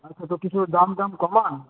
আচ্ছা তো কিছু দামটাম কমান